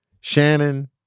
Shannon